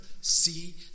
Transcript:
see